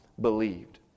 believed